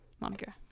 Monica